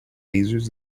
lasers